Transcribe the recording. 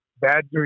Badger